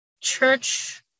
church